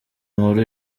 nkuru